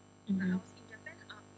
mmhmm